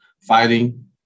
fighting